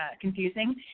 confusing